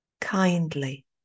kindly